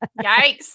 Yikes